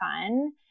fun